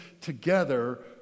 together